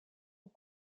aux